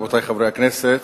רבותי חברי הכנסת,